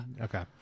Okay